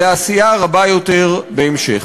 לעשייה רבה יותר בהמשך.